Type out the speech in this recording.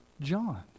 john